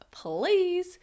please